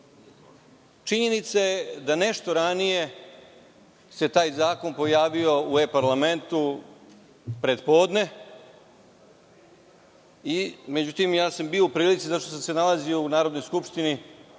Činjenica je da se nešto ranije taj zakon pojavio u e-parlamentu pre podne. Međutim, bio sam u prilici zato što sam se nalazio u Narodnoj skupštini